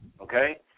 Okay